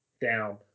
down